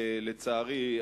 לצערי,